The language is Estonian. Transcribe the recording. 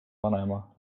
vanaema